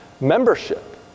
membership